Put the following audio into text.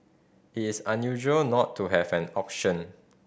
it is unusual not to have an auction